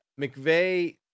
McVeigh